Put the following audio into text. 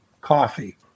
coffee